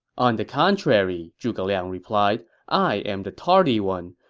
on the contrary, zhuge liang replied, i am the tardy one.